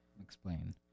explain